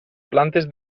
plantes